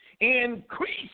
Increase